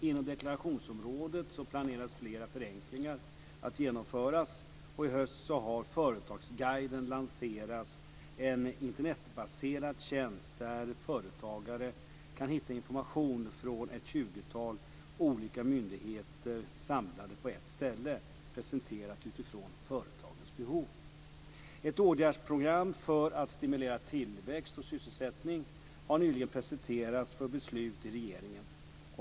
Inom deklarationsområdet planeras flera förenklingar att genomföras. I höst har Företagarguiden lanserats, en Internetbaserad tjänst där företagare kan hitta information från ett tjugotal olika myndigheter samlade på ett ställe, presenterad utifrån företagarnas behov. Ett åtgärdsprogram för att stimulera tillväxt och sysselsättning har nyligen presenterats för beslut i regeringen.